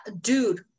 dude